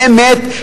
באמת,